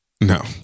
No